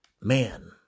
man